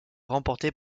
remportée